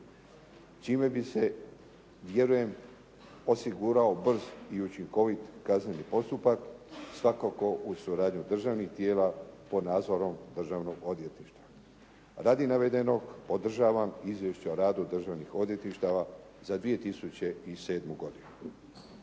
čime bi se vjerujem osigurao brz i učinkovit kazneni postupak svakako uz suradnju državnih tijela pod nazvanom državnom odvjetništvu. Radi navedenog podržavam izvješće o radu državnih odvjetništava za 2007. godinu.